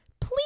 please